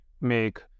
make